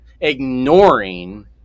ignoring